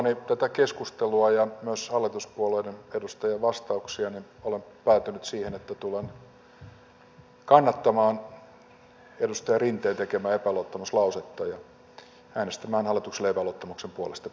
kuunneltuani tätä keskustelua ja myös hallituspuolueiden edustajien vastauksia olen päätynyt siihen että tulen kannattamaan edustaja rinteen tekemää epäluottamuslausetta ja äänestämään hallituksen epäluottamuksen puolesta perjantaina